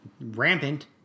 rampant